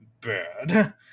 Bad